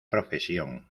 profesión